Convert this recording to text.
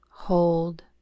Hold